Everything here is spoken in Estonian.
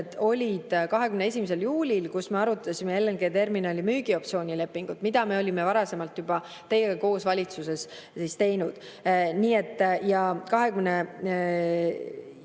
olid 21. juulil, kui me arutasime LNG-terminali müügioptsioonilepingut, mida me olime varasemalt juba teiega koos valitsuses teinud. Nii et 13.